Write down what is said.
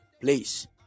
Please